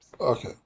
Okay